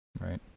right